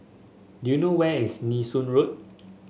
do you know where is Nee Soon Road